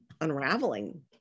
unraveling